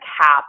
cap